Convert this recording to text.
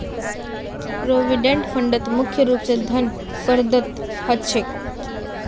provident फंडत मुख्य रूप स धन प्रदत्त ह छेक